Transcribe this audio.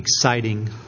exciting